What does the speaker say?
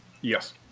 Yes